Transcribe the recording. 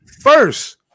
First